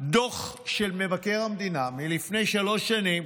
דוח של מבקר המדינה מלפני שלוש שנים,